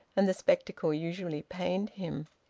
and the spectacle usually pained him.